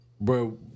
Bro